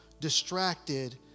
distracted